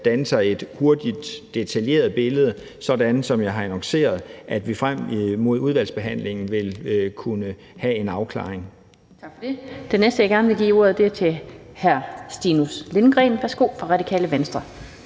danne sig et hurtigt detaljeret billede, sådan, som jeg har annonceret, at vi frem mod udvalgsbehandlingen vil kunne få en afklaring. Kl. 16:45 Den fg. formand (Annette Lind): Tak for det. Den næste, jeg gerne vil give ordet til, er hr. Stinus Lindgreen fra Radikale Venstre.